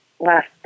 Last